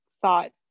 thought